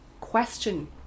question